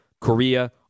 Korea